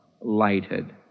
lighted